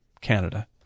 Canada